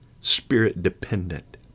Spirit-dependent